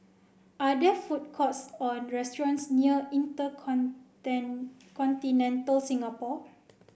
are there food courts or restaurants near Inter Continental Singapore